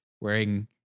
wearing